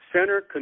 Center